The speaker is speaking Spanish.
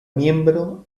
miembro